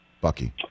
Bucky